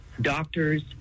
Doctors